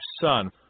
son